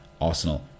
Arsenal